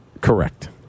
Correct